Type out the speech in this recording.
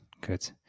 Good